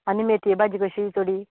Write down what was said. आनी मेतये भाजी कशी चुडी